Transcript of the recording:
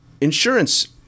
insurance